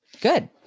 good